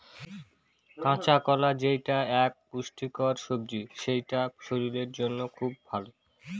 কাঁচকলা যেটা এক পুষ্টিকর সবজি সেটা শরীরের জন্য খুব ভালো